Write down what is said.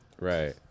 Right